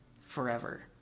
forever